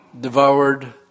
devoured